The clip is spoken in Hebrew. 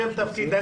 בבקשה.